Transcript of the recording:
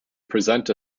present